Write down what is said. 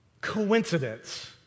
coincidence